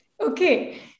Okay